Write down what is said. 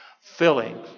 Filling